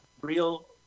real